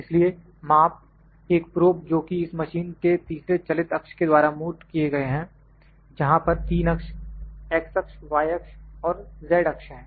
इसलिए माप एक प्रोब जोकि इस मशीन के तीसरे चलित अक्ष के द्वारा मूर्त किए गए जहां पर 3 अक्ष X अक्ष Y अक्ष और Z अक्ष हैं